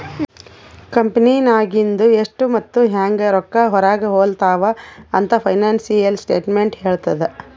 ಕಂಪೆನಿನಾಗಿಂದು ಎಷ್ಟ್ ಮತ್ತ ಹ್ಯಾಂಗ್ ರೊಕ್ಕಾ ಹೊರಾಗ ಹೊಲುತಾವ ಅಂತ್ ಫೈನಾನ್ಸಿಯಲ್ ಸ್ಟೇಟ್ಮೆಂಟ್ ಹೆಳ್ತುದ್